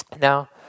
Now